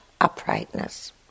uprightness